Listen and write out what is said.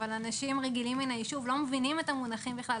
אבל אנשים רגילים מן היישוב לא מבינים את המונחים בכלל,